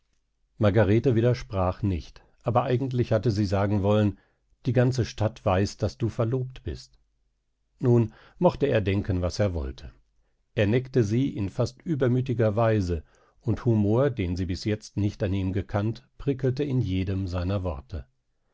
margarete widersprach nicht aber eigentlich hatte sie sagen wollen die ganze stadt weiß daß du verlobt bist nun mochte er denken was er wollte er neckte sie in fast übermütiger weise und humor den sie bis jetzt nicht an ihm gekannt prickelte in jedem seiner worte